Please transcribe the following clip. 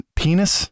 penis